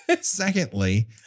Secondly